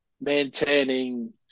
maintaining